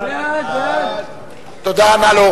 הסתייגות מס' 25 של חברי הכנסת דניאל בן-סימון,